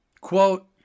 quote